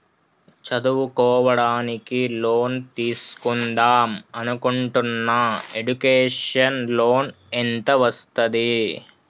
చదువుకోవడానికి లోన్ తీస్కుందాం అనుకుంటున్నా ఎడ్యుకేషన్ లోన్ ఎంత వస్తది?